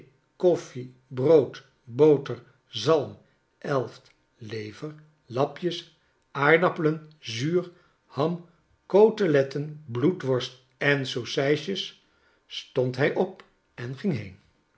koffie brood boter zalm elft lever lapjes aardappelen zuur ham coteletten bloedworst en saucijsjes stond hy op en ging heen